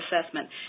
assessment